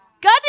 God